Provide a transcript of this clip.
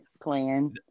plan